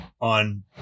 on